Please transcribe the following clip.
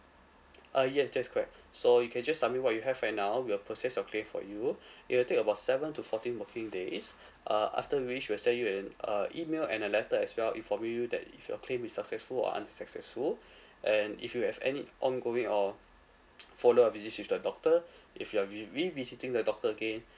uh yes that is correct so you can just submit what you have right now we'll process your claim for you it will take about seven to fourteen working days uh after which we'll send you an uh email and a letter as well informing you that if your claim is successful or unsuccessful and if you have any ongoing or follow up visits with the doctor if you're vi~ revisiting the doctor again